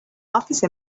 office